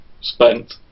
spent